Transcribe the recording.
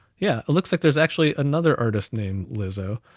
yeah, it looks like there's actually another artist named lizzo,